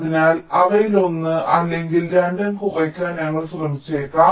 അതിനാൽ അവയിലൊന്ന് അല്ലെങ്കിൽ രണ്ടും കുറയ്ക്കാൻ ഞങ്ങൾ ശ്രമിച്ചേക്കാം